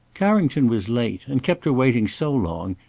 carrington was late and kept her waiting so long,